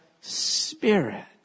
Spirit